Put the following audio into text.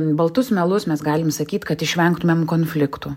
baltus melus mes galime sakyt kad išvengtumėm konfliktų